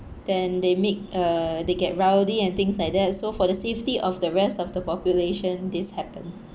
then they make uh they get rowdy and things like that so for the safety of the rest of the population this happen